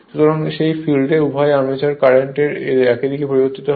সুতরাং সেই ফিল্ডে উভয় আর্মেচার কারেন্ট এর দিকই পরিবর্তিত হয়